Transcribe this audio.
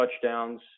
touchdowns